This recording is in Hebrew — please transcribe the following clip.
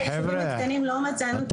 בישובים הקטנים לא מצאנו את הדפוס הזה.